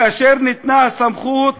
כאשר ניתנה הסמכות